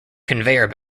conveyor